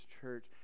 church